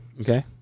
Okay